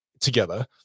together